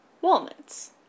Walnuts